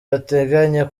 bateganya